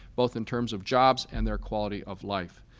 both in terms of jobs and their quality of life.